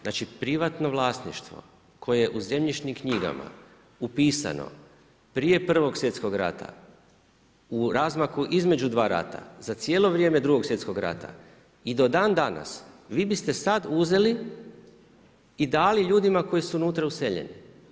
Znači privatno vlasništvo koje je u zemljišnim knjigama upisano prije Prvog svjetskog rata u razmaku između dva rata za cijelo vrijeme Drugog svjetskog rata i do dandanas, vi biste sad uzeli i dali ljudima koji su unutra useljeni.